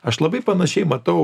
aš labai panašiai matau